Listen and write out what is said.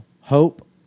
hope